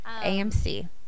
AMC